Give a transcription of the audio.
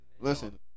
Listen